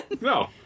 No